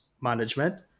management